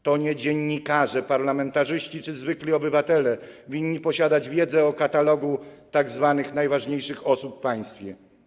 To nie dziennikarze, parlamentarzyści czy zwykli obywatele winni posiadać wiedzę o katalogu tzw. najważniejszych osób w państwie.